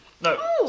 No